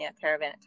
caravan